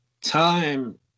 time